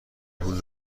پول